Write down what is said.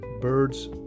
Birds